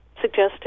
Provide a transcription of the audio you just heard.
suggesting